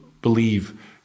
believe